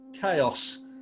chaos